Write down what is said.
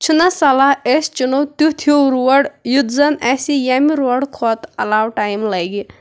چھُ نا سلا أسۍ چُنو تِیُتھ ہیوٗ روڑ یُتھ زن اسہِ ییٚمہِ روڑٕ کھۄتہٕ علاوٕ ٹایم لگہِ